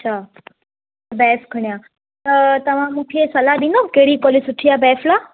अच्छा बैफ खणां त तव्हां मूंखे सलाह ॾींदव कहिड़ी कॉलेज सुठी आहे बैफ लाइ